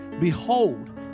behold